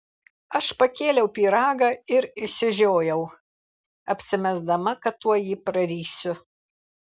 aš pakėliau pyragą ir išsižiojau apsimesdama kad tuoj jį prarysiu